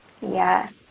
Yes